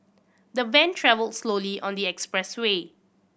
the van travelled slowly on the expressway